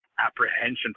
apprehension